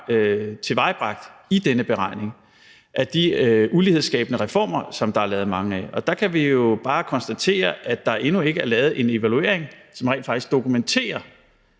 tilvejebragt af de ulighedsskabende reformer, som der er lavet mange af. Og der kan vi jo bare konstatere, at der endnu ikke er lavet en evaluering, som rent faktisk dokumenterer,